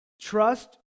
trust